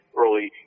early